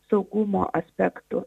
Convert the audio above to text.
saugumo aspektų